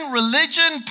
religion